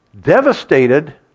devastated